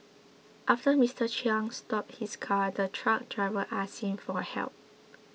after Mister Chiang stopped his car the truck driver asked him for help